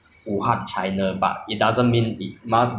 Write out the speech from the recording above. I mean of course it officially originated in china lah but